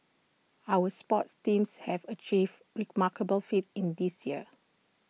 our sports teams have achieved remarkable feats in this year